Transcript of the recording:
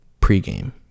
Pre-game